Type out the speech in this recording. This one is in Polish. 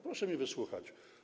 Proszę mnie wysłuchać.